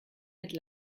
mit